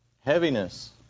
Heaviness